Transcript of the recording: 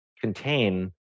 contain